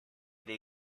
dei